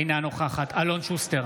אינה נוכחת אלון שוסטר